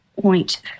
point